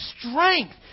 strength